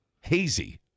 hazy